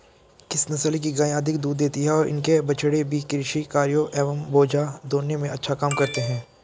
किस नस्ल की गायें अधिक दूध देती हैं और इनके बछड़े भी कृषि कार्यों एवं बोझा ढोने में अच्छा काम करते हैं?